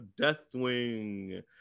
Deathwing